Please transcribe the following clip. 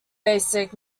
basic